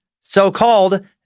so-called